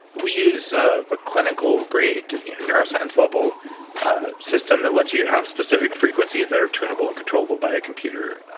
we use ah a clinical grade neuro science level system that lets you have specific frequencies that are tunable and controllable by a computer.